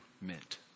meant